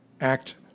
act